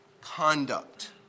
conduct